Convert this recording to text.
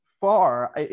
far